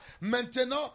maintenant